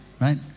Right